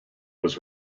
was